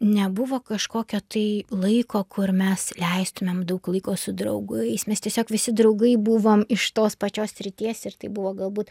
nebuvo kažkokio tai laiko kur mes leistumėm daug laiko su draugais mes tiesiog visi draugai buvom iš tos pačios srities ir tai buvo galbūt